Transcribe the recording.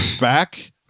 back